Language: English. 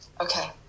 okay